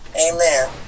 amen